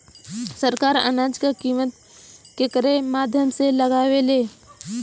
सरकार अनाज क कीमत केकरे माध्यम से लगावे ले?